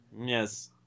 Yes